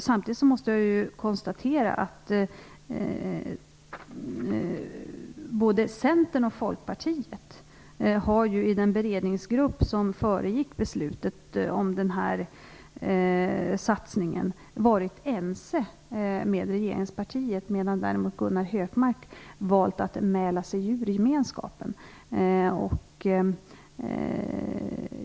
Samtidigt måste jag konstatera att både Centern och Folkpartiet i den beredningsgrupp som föregick beslutet om satsningen varit ense med regeringspartiet, medan däremot Gunnar Hökmark valt att mäla sig ur gemenskapen.